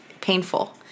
painful